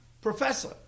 professor